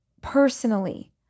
personally